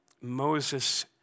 Moses